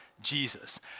Jesus